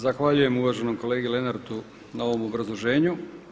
Zahvaljujem uvaženom kolegi Lenartu na ovom obrazloženju.